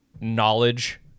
knowledge